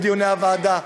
לגואטה.